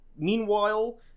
meanwhile